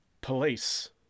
police